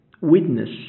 witness